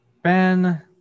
Ben